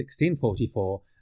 1644